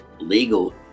legal